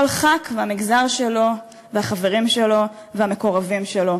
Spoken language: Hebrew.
כל חבר כנסת והמגזר שלו והחברים שלו והמקורבים שלו,